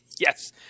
Yes